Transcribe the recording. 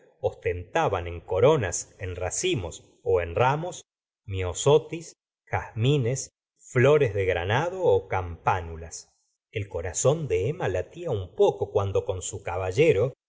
ostentaban en coronas en racimos ó en ramos miosotis jazmines flores de granado ó campánulas el corazón de emma latía un poco cuando con su caballero